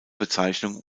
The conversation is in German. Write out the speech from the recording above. bezeichnung